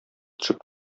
төшеп